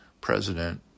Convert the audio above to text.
president